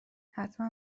حتما